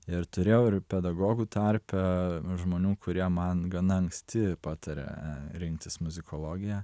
ir turėjau ir pedagogų tarpe žmonių kurie man gana anksti patarė rinktis muzikologiją